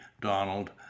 Donald